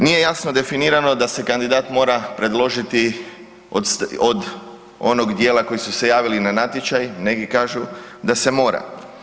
Nije jasno definirano da se kandidat mora predložiti od onog djela koji su se javili na natječaj, neki kažu da se mora.